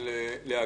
פה פתאום?